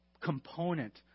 component